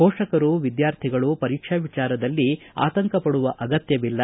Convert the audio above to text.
ಪೋಷಕರು ವಿದ್ಯಾರ್ಥಿಗಳು ಪರೀಕ್ಷಾ ವಿಚಾರದಲ್ಲಿ ಆತಂಕಪಡುವ ಅಗತ್ತವಿಲ್ಲ